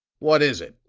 what is it?